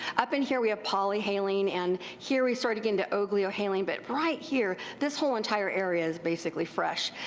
up and here we have polyhaline and here we sort of get into ogliohaline, but right here, this whole entire area is basically fresh.